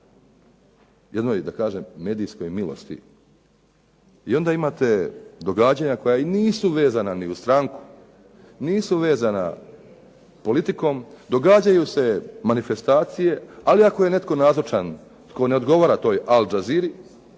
jednoj da kažem medijskoj milosti. I onda imate događanja koja nisu vezana ni uz stranku, nisu vezana politikom, događaju se manifestacije, ali ako je netko nazočan tko ne odgovara toj al-jazeere